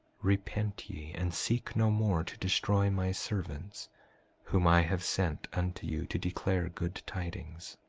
repent ye, and seek no more to destroy my servants whom i have sent unto you to declare good tidings.